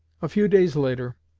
a few days later,